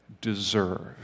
deserve